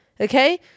okay